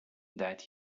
that